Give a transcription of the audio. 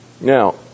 Now